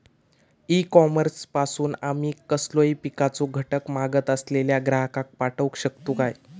E commerce पासून आमी कसलोय पिकाचो घटक मागत असलेल्या ग्राहकाक पाठउक शकतू काय?